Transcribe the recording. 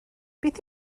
beth